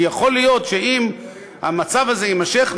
כי יכול להיות שאם המצב הזה יימשך,